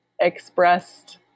expressed